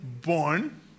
born